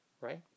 right